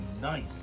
nice